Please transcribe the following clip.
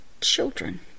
children